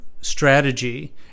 strategy